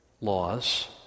laws